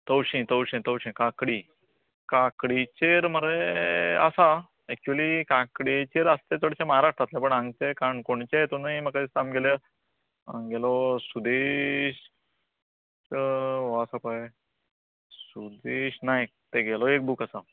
तवशें तवशें तवशें काकडी काकडीचेर मरे आसा एक्चुली काकडेचेर आसा तें चडशें महाराष्ट्राचें पण हांगचें काणकोणचें हितूनूय म्हाका दिसता आमगेल्या आमगेलो सुदेश वो आसा पय सुदेश नायक तेगेलोय एक बूक आसा